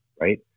right